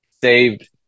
saved